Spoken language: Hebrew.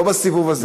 לא בסיבוב הזה.